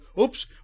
oops